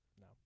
No